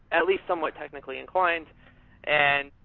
at least, somewhat technically in clients. and